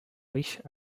riche